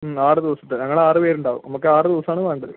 ഉം ആറ് ദിവസത്ത ഞങ്ങൾ ആറ് പേരുണ്ടാവും നമുക്ക് ആറ് ദിവസമാണ് വേണ്ടത്